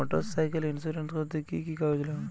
Motorcycle insurance করতে কি কি কাগজ লাগবে?